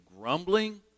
grumbling